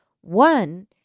One